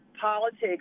politics